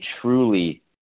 truly